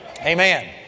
Amen